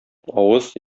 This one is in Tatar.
авыз